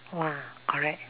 !wah! correct